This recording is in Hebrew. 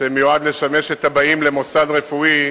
שמיועד לשמש את הבאים למוסד רפואי